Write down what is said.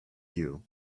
you